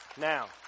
Now